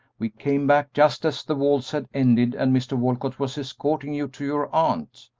we came back just as the waltz had ended and mr. walcott was escorting you to your aunt.